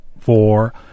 four